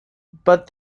but